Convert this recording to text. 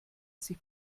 sich